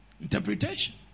Interpretation